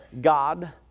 God